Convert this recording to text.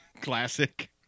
classic